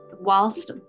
whilst